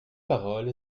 parole